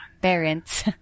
Parents